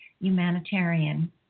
humanitarian